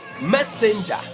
messenger